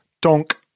donk